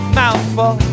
mouthful